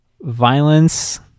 violence